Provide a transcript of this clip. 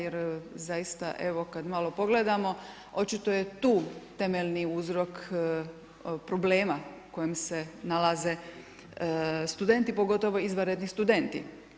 Jer zaista evo kada malo pogledamo očito je tu temeljni uzrok problema u kojem se nalaze studenti, pogotovo izvanredni studenti.